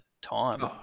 time